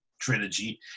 trilogy